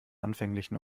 anfänglichen